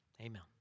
Amen